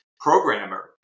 programmer